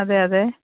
അതെ അതെ